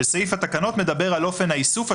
סעיף התקנות מדבר על אופן האיסוף,